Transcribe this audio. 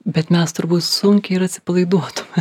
bet mes turbūt sunkiai ir atsipalaiduotume